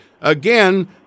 Again